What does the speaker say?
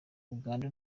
uganda